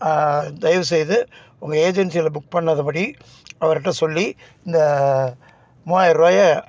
தயவு செய்து உங்கள் ஏஜென்சியில் புக் பண்ணதுபடி அவருகிட்ட சொல்லி இந்த மூவாயிரரூவாய